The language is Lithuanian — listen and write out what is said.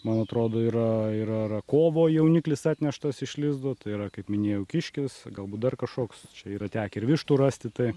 man atrodo yra yra kovo jauniklis atneštas iš lizdo tai yra kaip minėjau kiškis galbūt dar kažkoks čia yra tekę ir vištų rasti tai